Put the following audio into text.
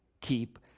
Keep